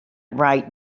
right